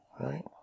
Right